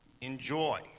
enjoy